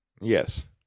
Yes